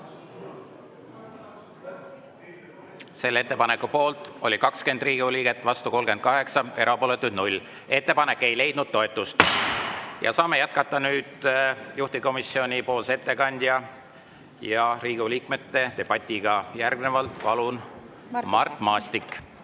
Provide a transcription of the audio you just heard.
Selle ettepaneku poolt oli 20 Riigikogu liiget, vastu 38, erapooletuid 0. Ettepanek ei leidnud toetust. Saame jätkata juhtivkomisjoni ettekandja ja Riigikogu liikmete debatti. Järgnevalt palun, Mart Maastik!